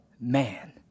man